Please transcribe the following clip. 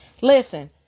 Listen